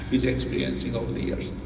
it's experiencing over the years.